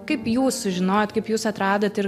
kaip jūs sužinojot kaip jūs atradot ir